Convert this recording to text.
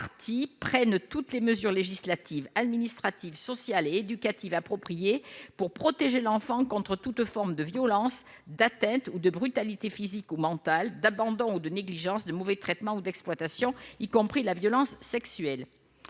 prennent toutes les mesures législatives administratives, sociales et éducatives appropriées pour protéger l'enfant contre toute forme de violence d'atteinte ou de brutalités physiques ou mentales d'abandon ou de négligence, de mauvais traitements ou d'exploitation, y compris la violence sexuelle